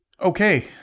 Okay